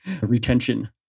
retention